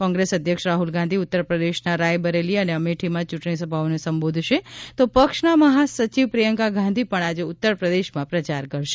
કોંગ્રેસ અધ્યક્ષ રાહુલ ગાંધી ઉત્તર પ્રદેશના રાયબરેલી અને અમેઠીમાં ચુંટણી સભાઓને સંબોધશે તો પક્ષના મહા સચિવ પ્રિયંકા ગાંધી પણ આજે ઉત્તર પ્રદેશમાં પ્રચાર કરશે